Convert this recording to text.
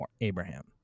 Abraham